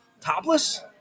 topless